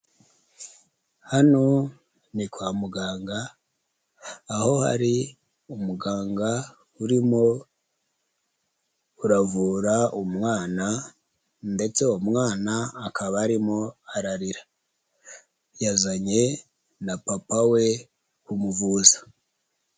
Hano ni kwa muganga, aho hari umuganga urimo uravura umwana, ndetse umwana akaba arimo ararira. Yazanye na papa we kumuvuza.